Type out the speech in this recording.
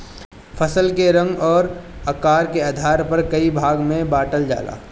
फसल के रंग अउर आकार के आधार पर कई भाग में बांटल जाला